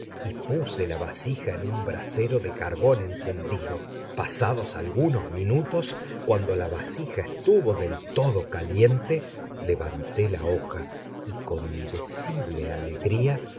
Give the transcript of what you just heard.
y puse la vasija en un brasero de carbón encendido pasados algunos minutos cuando la vasija estuvo del todo caliente levanté la hoja y con indecible alegría